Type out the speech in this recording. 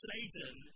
Satan